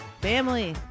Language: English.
family